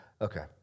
Okay